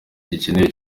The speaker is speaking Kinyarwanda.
gikenewe